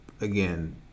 again